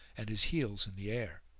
and his heels in the air.